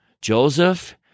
Joseph